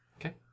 Okay